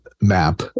map